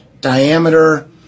diameter